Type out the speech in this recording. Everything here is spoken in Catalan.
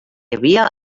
havia